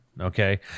Okay